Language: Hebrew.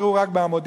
תקראו רק ב"המודיע",